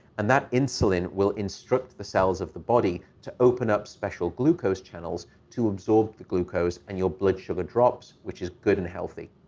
and that insulin will instruct the cells of the body to open up special glucose channels to absorb the glucose and your blood sugar drops, which is good and healthy.